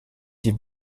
die